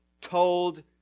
told